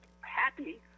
happy